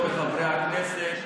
חברות וחברי הכנסת,